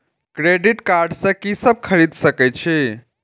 Credit card से की सब खरीद सकें छी?